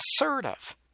assertive